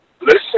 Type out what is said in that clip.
listen